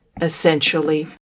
essentially